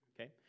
Okay